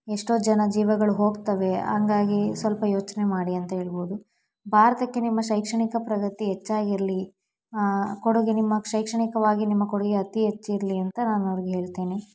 ಎಷ್ಟೋ ಜನ ಜೀವಗಳು ಹೋಗ್ತವೆ ಹಂಗಾಗಿ ಸ್ವಲ್ಪ ಯೋಚನೆ ಮಾಡಿ ಅಂತ ಹೇಳ್ಬೋದು ಭಾರತಕ್ಕೆ ನಿಮ್ಮ ಶೈಕ್ಷಣಿಕ ಪ್ರಗತಿ ಹೆಚ್ಚಾಗಿರ್ಲಿ ಕೊಡುಗೆ ನಿಮ್ಮ ಶೈಕ್ಷಣಿಕವಾಗಿ ನಿಮ್ಮ ಕೊಡುಗೆ ಅತಿ ಹೆಚ್ಚಿರ್ಲಿ ಅಂತ ನಾನು ಅವ್ರ್ಗೆ ಹೇಳ್ತೀನಿ